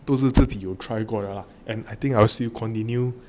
都是自己有 try 过的 lah and I think I will still continue